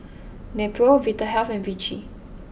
Nepro Vitahealth and Vichy